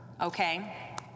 okay